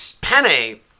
Penny